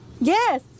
Yes